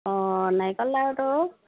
অঁ নাৰিকল লাড়ুটো